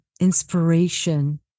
inspiration